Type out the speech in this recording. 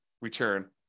return